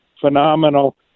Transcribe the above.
phenomenal